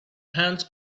hands